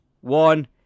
one